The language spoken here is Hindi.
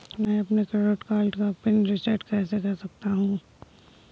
मैं अपने क्रेडिट कार्ड का पिन रिसेट कैसे कर सकता हूँ?